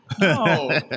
No